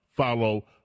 Follow